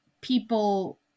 people